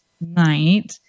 night